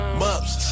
mobs